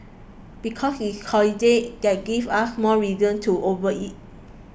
because it's a holiday that gives us more reason to overeat